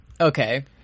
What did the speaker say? Okay